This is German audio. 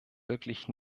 wirklich